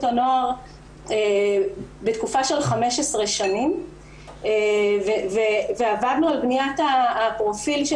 הנוער בתקופה של 15 שנים ועבדנו על בניית הפרופיל של